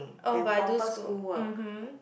oh but I do school mmhmm